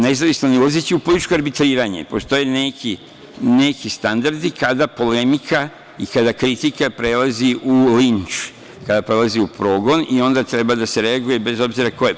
Ne ulazeći u političko arbitriranje, postoje neki standardi kada neka polemika i kada kritika prelazi u linč, kada prelazi u progon i onda treba da se reaguje bez obzira ko je.